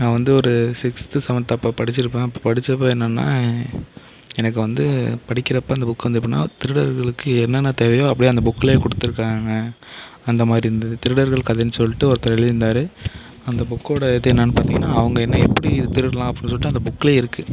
நான் வந்து ஒரு சிக்ஸ்த் சவன்த்தப்போ படித்திருப்பேன் அப்போ படித்தப்ப என்னன்னால் எனக்கு வந்து படிக்கிறப்போ அந்த புக்கு வந்து எப்படின்னால் திருடர்களுக்கு என்னன்ன தேவையோ அப்படியே அந்த புக்குலேயே கொடுத்துருக்குறாங்க அந்த மாதிரி இருந்தது திருடர்கள் கதைன்னு சொல்லிட்டு ஒருத்தர் எழுதியிருந்தாரு அந்த புக்கோடய இது என்னன்னு பார்த்திங்கன்னா அவங்க என்ன எப்படி இது திருடலாம் அப்படின்னு சொல்லிட்டு இந்த புக்கிலையே இருக்குது